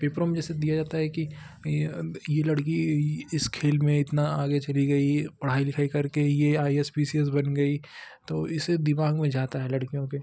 पेपरों में जैसे दिया जाता है कि ये लड़की इस खेल में इतना आगे चली गई पढ़ाई लिखाई कर के यह I S P C S बन गई तो इसे दिमाग में जाता है लड़कियों के